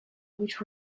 which